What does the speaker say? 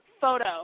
photo